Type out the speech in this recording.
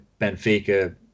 Benfica